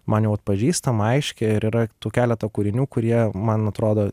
man jau atpažįstama aiški ir yra tų keleto kūrinių kurie man atrodo